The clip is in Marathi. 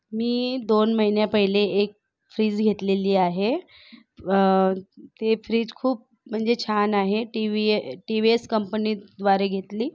मी दोन महिन्या पहिले एक फ्रीज घेतलेली आहे ते फ्रीज खूप म्हणजे छान आहे टीवी टी व्ही एस कंपनीद्वारे घेतली